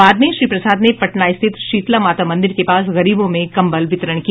बाद में श्री प्रसाद ने पटना स्थित शीतला माता मंदिर के पास गरीबों में कम्बल वितरण किया